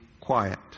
quiet